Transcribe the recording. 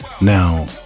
Now